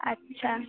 আচ্ছা